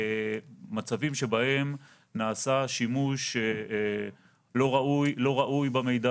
מצבים שבהם נעשה שימוש לא ראוי במידע